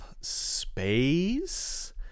space